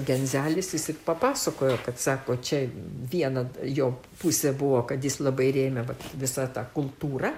genzelis išsyk papasakojo kad sako čia viena jo pusė buvo kad jis labai rėmė visą tą kultūrą